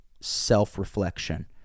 self-reflection